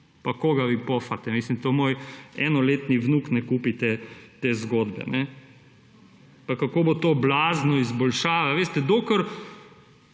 Pa koga vi fopate? Moj enoletni vnuk ne kupi te zgodbe. Pa kako bo to blazno izboljšave … Veste, dokler